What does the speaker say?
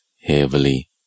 heavily